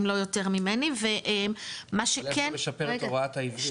אם לא יותר ממני ומה שכן --- צריך לשפר את הוראת העברית.